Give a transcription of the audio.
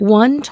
one